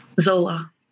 Zola